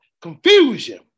Confusion